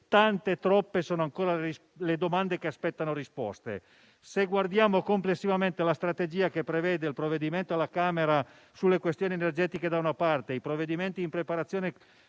tante, troppe sono ancora le domande che aspettano risposta. Se guardiamo complessivamente la strategia che prevede il provvedimento alla Camera sulle questioni energetiche, i provvedimenti in preparazione